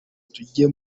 tujye